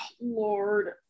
lord